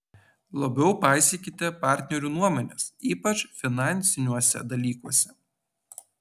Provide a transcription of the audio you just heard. labiau paisykite partnerių nuomonės ypač finansiniuose dalykuose